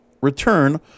return